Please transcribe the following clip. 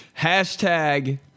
Hashtag